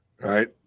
Right